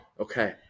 Okay